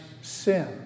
sin